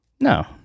No